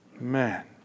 Man